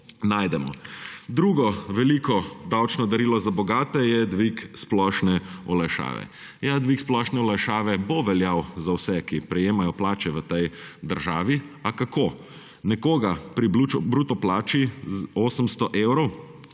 najdemo. Drugo veliko davčno darilo za bogate je dvig splošne olajšave. Ja, dvig splošne olajšave bo veljal za vse, ki prejemajo plače v tej državi – a kako? Nekoga pri bruto plači 800 evrov